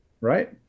right